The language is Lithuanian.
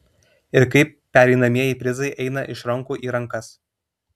ir kaip pereinamieji prizai eina iš rankų į rankas